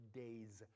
day's